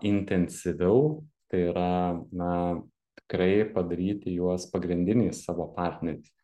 intensyviau tai yra na tikrai padaryti juos pagrindiniais savo partneriais